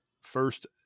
first